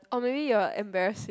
or maybe you are embarrassing